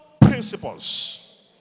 principles